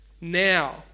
Now